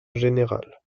général